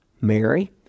Mary